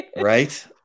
Right